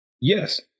Yes